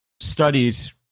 studies